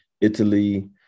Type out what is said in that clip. Italy